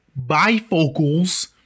bifocals